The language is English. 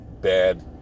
bad